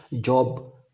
job